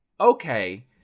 okay